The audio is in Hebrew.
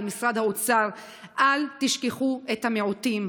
למשרד האוצר: אל תשכחו את המיעוטים.